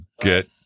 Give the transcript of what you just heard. get